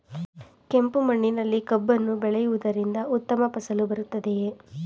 ಕೆಂಪು ಮಣ್ಣಿನಲ್ಲಿ ಕಬ್ಬನ್ನು ಬೆಳೆಯವುದರಿಂದ ಉತ್ತಮ ಫಸಲು ಬರುತ್ತದೆಯೇ?